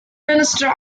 minister